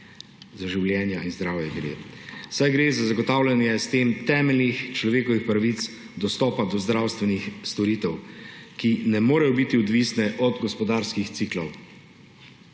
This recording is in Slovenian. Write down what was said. Za življenja in zdravje gre, saj gre s tem za zagotavljanje temeljnih človekovih pravic dostopa do zdravstvenih storitev, ki ne morejo biti odvisne od gospodarskih ciklov.